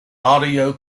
audio